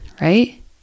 right